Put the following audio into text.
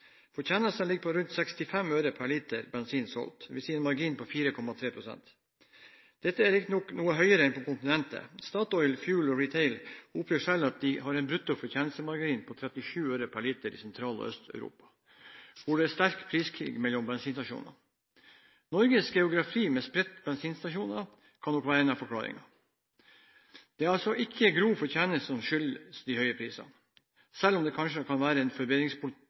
Fortjenesten ligger på rundt 65 øre per liter bensin solgt, dvs. en margin på 4,3 pst. Dette er riktignok noe høyere enn på kontinentet. Statoil Fuel & Retail oppgir selv at de har en brutto fortjenestemargin på 37 øre per liter i Sentral- og Øst-Europa, hvor det er sterk priskrig mellom bensinstasjonene. Norges geografi med spredte bensinstasjoner kan nok være en av forklaringene. Det er altså ikke grov fortjeneste som er skyld i de høye prisene, selv om det kanskje kan